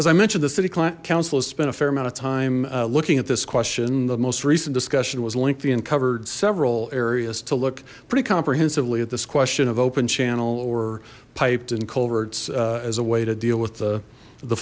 as i mentioned the city council has spent a fair amount of time looking at this question the most recent discussion was lengthy and covered several areas to look pretty comprehensively at this question of open channel or piped in culverts as a way to deal with the the